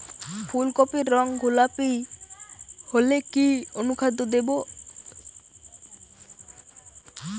ফুল কপির রং গোলাপী হলে কি অনুখাদ্য দেবো?